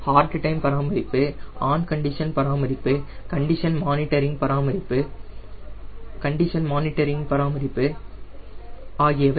hard time பராமரிப்பு on condition பராமரிப்பு condition monitoring பராமரிப்பு ஆகியவை